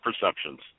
perceptions